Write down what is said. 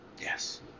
Yes